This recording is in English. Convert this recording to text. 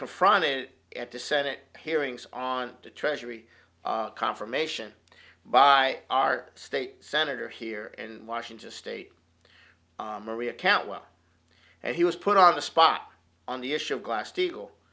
confronted at the senate hearings on the treasury confirmation by our state senator here and washington state maria cantwell and he was put on the spot on the issue of glass